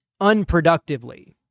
unproductively